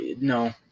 no